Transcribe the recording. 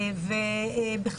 רק